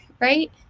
right